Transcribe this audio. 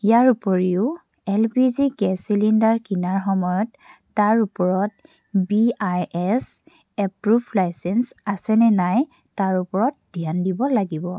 ইয়াৰ ওপৰিও L P G gas cylinder কিনাৰ সময়ত তাৰ ওপৰত B I S approve licence আছেনে নাই তাৰ ওপৰত ধ্যান দিব লাগিব